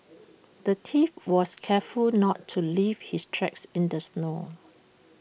the thief was careful not to leave his tracks in the snow